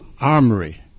Armory